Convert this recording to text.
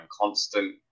constant